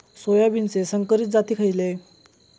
सोयाबीनचे संकरित जाती खयले?